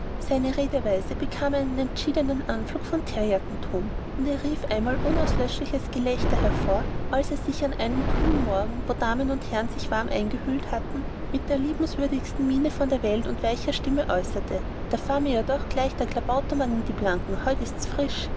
seine redeweise bekam einen entschiedenen anflug von teerjackentum und er rief einmal unauslöschliches gelächter hervor als er sich an einem kühlen morgen wo damen und herren sich warm eingehüllt hatten mit der liebenswürdigsten miene von der welt und weicher stimme äußerte da fahr mir doch gleich der klabautermann in die planken heut ist's frisch